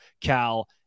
Cal